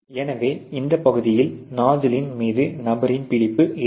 எனவே இந்த பகுதியில் நாஸ்சின் மீது நபரின் பிடிப்பு இருக்கும்